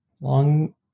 long